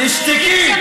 תשתקי.